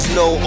no